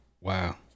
Wow